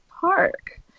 Park